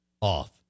off